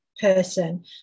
person